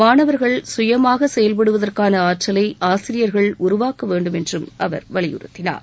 மாணவர்கள் சுயமாக செயல்படுவதற்கான ஆற்றலை ஆசிரியர்கள் உருவாக்க வேண்டும் என்றும் அவர் வலியுறுத்தினார்